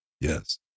Yes